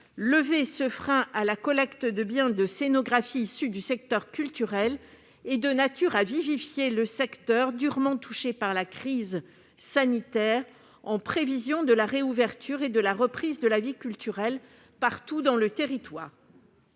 Lever ce frein à la collecte de biens de scénographie est de nature à vivifier un secteur durement touché par la crise sanitaire, en prévision de la réouverture et de la reprise de la vie culturelle partout sur le territoire.